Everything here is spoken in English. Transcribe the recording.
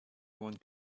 one